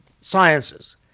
sciences